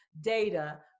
data